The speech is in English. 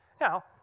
Now